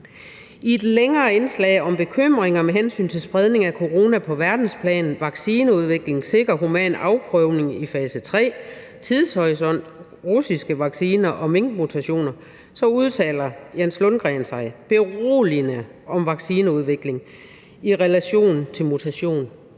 I et længere indslag om bekymringer med hensyn til spredning af corona på verdensplan, vaccineudvikling, sikker human afprøvning i fase tre, tidshorisont, russiske vacciner og minkmutationer udtaler Jens Lundgren sig beroligende om vaccineudvikling i relation til mutation